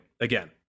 again